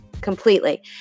completely